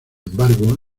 embargo